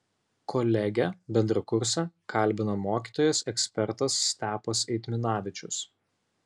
kolegę bendrakursę kalbina mokytojas ekspertas stepas eitminavičius